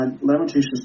Lamentations